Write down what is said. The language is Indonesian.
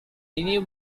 ini